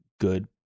good